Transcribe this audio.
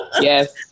yes